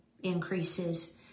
increases